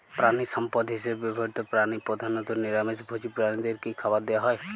প্রাণিসম্পদ হিসেবে ব্যবহৃত প্রাণী প্রধানত নিরামিষ ভোজী প্রাণীদের কী খাবার দেয়া হয়?